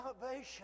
salvation